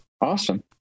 awesome